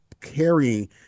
carrying